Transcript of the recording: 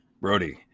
Brody